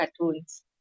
cartoons